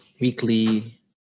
weekly